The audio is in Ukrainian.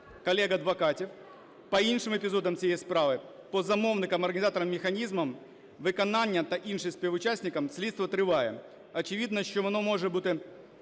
колег адвокатів. По іншим епізодам цієї справи, по замовникам, організаторам, механізмам, виконання та іншим співучасникам слідство триває. Очевидно, що воно може бути